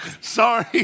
Sorry